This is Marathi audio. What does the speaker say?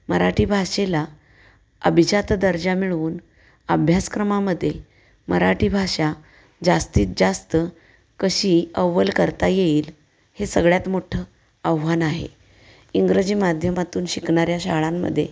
मराठी भाषेला अभिजात दर्जा मिळवून अभ्यासक्रमामध्ये मराठी भाषा जास्तीत जास्त कशी अव्वल करता येईल हे सगळ्यात मोठं आव्हान आहे इंग्रजी माध्यमातून शिकणाऱ्या शाळांमध्ये